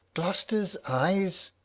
gloucester's eyes?